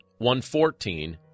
114